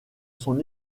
son